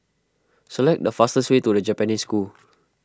select the fastest way to the Japanese School